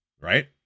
Right